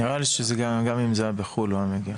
נראה לי שגם אם זה היה בחו"ל הוא היה מגיע.